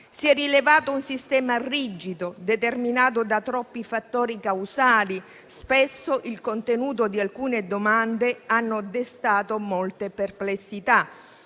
si è rivelato un sistema rigido, determinato da troppi fattori causali. Spesso il contenuto di alcune domande ha destato molte perplessità.